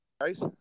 guys